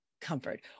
comfort